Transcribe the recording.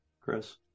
Chris